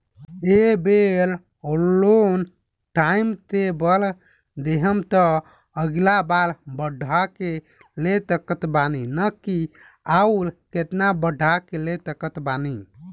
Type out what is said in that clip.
ए बेर loan time से भर देहम त अगिला बार बढ़ा के ले सकत बानी की न आउर केतना बढ़ा के ले सकत बानी?